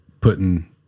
putting